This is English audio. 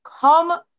Come